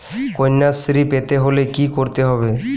কন্যাশ্রী পেতে হলে কি করতে হবে?